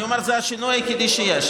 אני אומר שזה השינוי היחידי שיש.